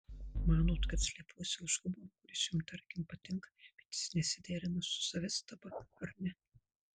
manot kad slepiuosi už humoro kuris jums tarkim patinka bet jis nesiderina su savistaba ar ne